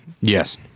yes